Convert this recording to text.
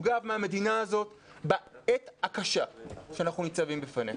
גב מהמדינה הזאת בעת הקשה שאנחנו ניצבים בפניה.